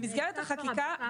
במסגרת החקיקה,